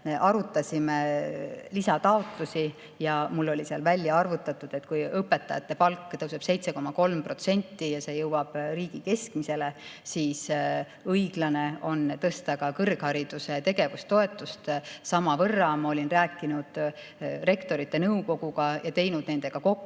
arutasime lisataotlusi. Mul oli seal välja arvutatud, et kui õpetajate palk tõuseb 7,3% ja see jõuab riigi keskmiseni, siis õiglane on tõsta ka kõrghariduse tegevustoetust samavõrra. Ma olin rääkinud Rektorite Nõukoguga ja teinud nendega kokkuleppe,